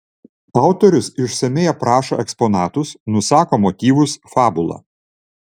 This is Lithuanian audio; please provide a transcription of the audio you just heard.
autorius išsamiai aprašo eksponatus nusako motyvus fabulą